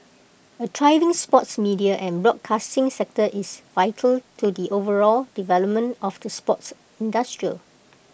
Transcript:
A thriving sports media and broadcasting sector is vital to the overall development of the sports industrial